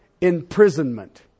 imprisonment